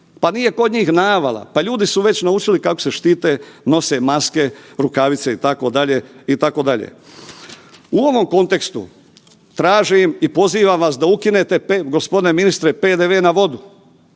pa nije kod njih navala. Pa ljudi su već naučili kako se štite, nose maske, rukavice, itd., itd. U ovom kontekstu, tražim i pozivam vas da ukinete, g. ministre, PDV na vodu.